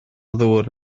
ddŵr